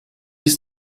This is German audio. ist